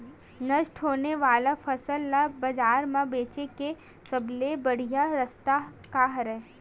नष्ट होने वाला फसल ला बाजार मा बेचे के सबले बढ़िया रास्ता का हरे?